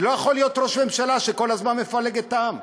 לא יכול להיות ראש ממשלה שכל הזמן מפלג את העם.